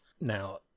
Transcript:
Now